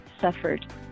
suffered